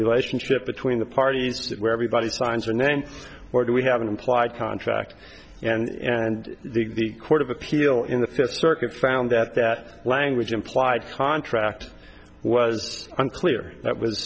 relationship between the parties where everybody signs a name or do we have an implied contract and the court of appeal in the fifth circuit found that that language implied contract was unclear that was